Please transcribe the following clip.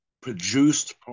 produced